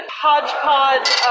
hodgepodge